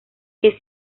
que